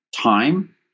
time